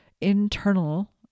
internal